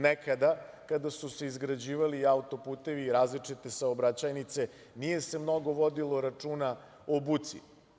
Nekada kada su se izgrađivali autoputevi i različite saobraćajnice nije se mnogo vodilo računa o buci.